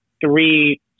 three